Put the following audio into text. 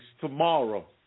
tomorrow